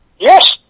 Yes